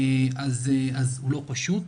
אז הוא לא פשוט,